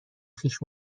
خویش